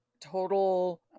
total